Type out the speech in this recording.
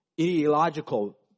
ideological